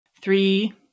Three